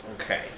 Okay